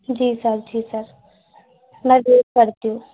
जी sir ठीक है मैं वेट करती हूँ